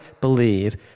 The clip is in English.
believe